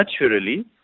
naturally